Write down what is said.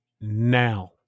now